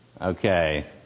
okay